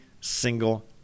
single